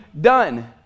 done